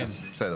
100%. בסדר,